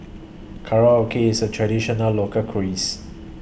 Korokke IS A Traditional Local crease